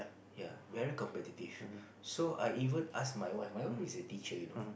ya very competitive so I even ask my wife my wife is a teacher you know